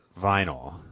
vinyl